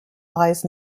lies